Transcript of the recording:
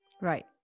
Right